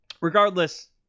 Regardless